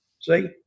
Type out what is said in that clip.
See